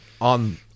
on